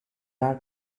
are